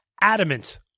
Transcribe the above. adamant